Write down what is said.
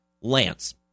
Lance